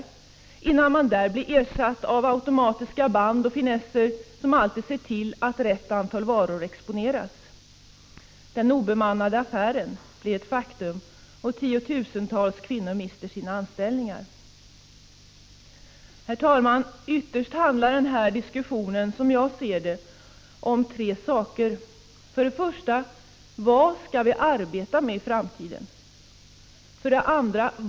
Sedan kanske man även på detta område ersätts av automatiska band och andra finesser som alltid ser till att rätt antal varor exponeras. Den obemannade affären blir ett faktum och tiotusentals kvinnor mister sina anställningar. Herr talman! Ytterst handlar den här diskussionen — som jag ser saken — om tre saker: 1. Vad skall vi arbeta med i framtiden? 2.